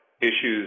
issues